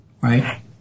right